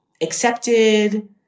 accepted